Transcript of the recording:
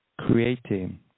creating